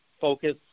focus